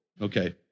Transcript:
Okay